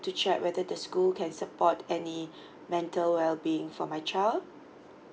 to check whether the school can support any mental well being for my child